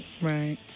Right